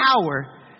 power